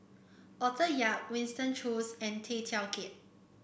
Arthur Yap Winston Choos and Tay Teow Kiat